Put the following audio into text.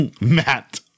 Matt